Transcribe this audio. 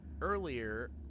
earlier